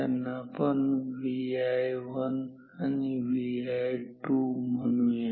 त्यांना आपण Vi1 आणि Vi2 म्हणूया